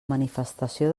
manifestació